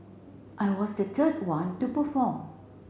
I was the third one to perform